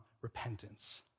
repentance